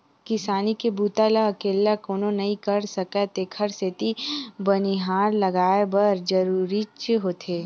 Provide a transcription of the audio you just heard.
किसानी के बूता ल अकेल्ला कोनो नइ कर सकय तेखर सेती बनिहार लगये बर जरूरीच होथे